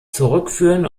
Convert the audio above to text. zurückführen